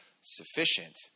Sufficient